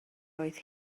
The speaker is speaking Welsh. oedd